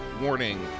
warning